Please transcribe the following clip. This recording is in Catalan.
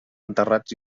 enterrats